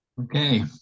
Okay